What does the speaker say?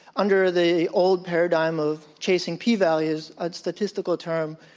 under the old paradigm of chasing p-values, a statistical term,